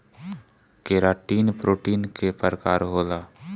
keratin protein के प्रकार होला